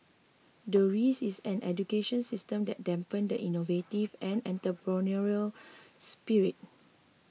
the risk is an education system that dampen the innovative and entrepreneurial spirit